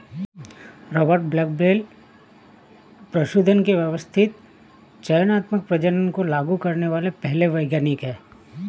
Robert Bakewell पशुधन के व्यवस्थित चयनात्मक प्रजनन को लागू करने वाले पहले वैज्ञानिक है